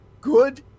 good